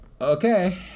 okay